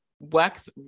works